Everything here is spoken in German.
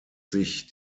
sich